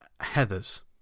Heathers